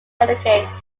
delegates